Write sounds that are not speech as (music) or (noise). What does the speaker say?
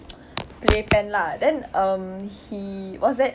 (noise) play pen lah then um he what's that